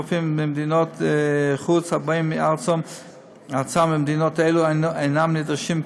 רופאים ממדינות חוץ הבאים ארצה ממדינות אלו אינם נדרשים,